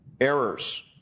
errors